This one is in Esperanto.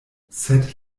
sed